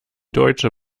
deutsche